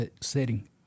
setting